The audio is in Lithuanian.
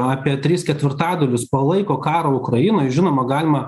apie tris ketvirtadalius palaiko karą ukrainoj žinoma galima